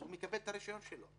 הוא מקבל את הרישיון שלו,